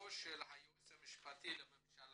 במכתבו של היועץ המשפטי לממשלה